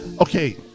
Okay